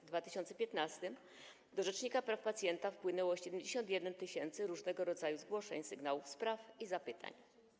W 2015 r. do rzecznika praw pacjenta wpłynęło 71 tys. różnego rodzaju zgłoszeń, sygnałów, spraw i zapytań.